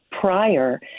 prior